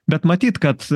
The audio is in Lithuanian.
bet matyt kad